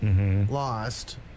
lost